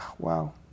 Wow